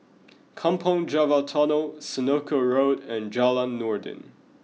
Kampong Java Tunnel Senoko Road and Jalan Noordin